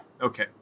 okay